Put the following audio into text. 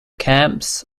camps